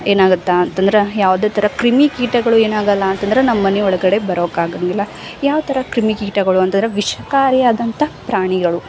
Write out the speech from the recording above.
ಏನಾಗುತ್ತೆ ಅಂತಂದ್ರೆ ಯಾವುದೇ ತರ ಕ್ರಿಮಿ ಕೀಟಗಳು ಏನಾಗಲ್ಲ ಅಂತಂದ್ರೆ ನಮ್ಮನೆ ಒಳಗಡೆ ಬರೋಕೆ ಆಗಂಗಿಲ್ಲ ಯಾವ್ಥರ ಕ್ರಿಮಿ ಕೀಟಗಳು ಅಂತಂದ್ರೆ ವಿಷಕಾರಿಯಾದಂಥ ಪ್ರಾಣಿಗಳು